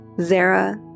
Zara